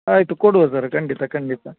ಆಯಿತು ಕೊಡುವ ಸರ್ ಖಂಡಿತ ಖಂಡಿತ